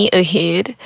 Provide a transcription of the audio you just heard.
ahead